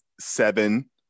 seven